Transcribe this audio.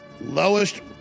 lowest